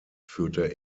führte